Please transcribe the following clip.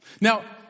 Now